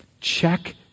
check